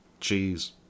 cheese